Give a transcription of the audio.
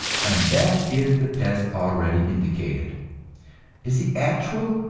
and that is the test already indicated is the actual,